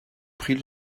pris